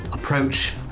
Approach